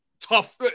tough